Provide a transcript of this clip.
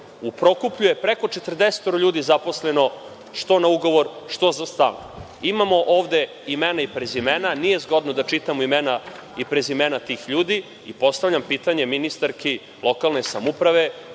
u Prokuplju preko 40 ljudi zaposleno, što na ugovor, što za stalno. Imamo ovde imena i prezimena, nije zgodno da čitamo imena i prezimena tih ljudi, postavljam pitanje ministarki lokalne samouprave